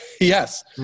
yes